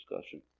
discussion